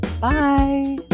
Bye